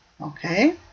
Okay